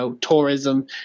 tourism